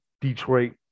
Detroit